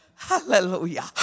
Hallelujah